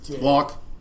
walk